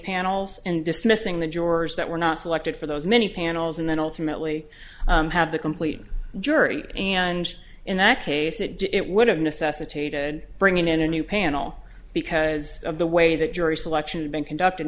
panels and dismissing the jurors that were not selected for those many panels and then ultimately have the complete jury and in that case it did it would have necessitated bringing in a new panel because of the way that jury selection been conducted